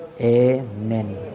Amen